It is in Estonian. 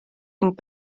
ning